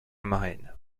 marraine